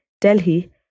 Delhi